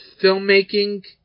filmmaking